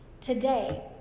today